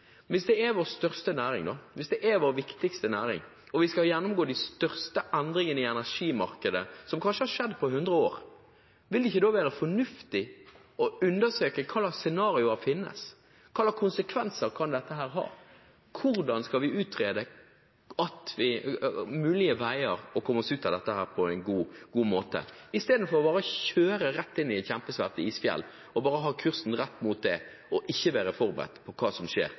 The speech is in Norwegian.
Hvis det er vår største næring, hvis det er vår viktigste næring, og vi skal gjennomgå de kanskje største endringene i energimarkedet som har skjedd på 100 år, vil det ikke da være fornuftig å undersøke hva slags scenarioer som finnes, hva slags konsekvenser dette kan ha, hvordan vi kan utrede mulige veier for å komme oss ut av dette på en god måte, istedenfor bare å kjøre rett inn i et kjempesvært isfjell, ha kursen rett mot det og ikke være forberedt på hva som skjer